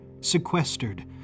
sequestered